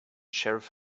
sheriff